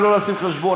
ולא לעשות חשבון.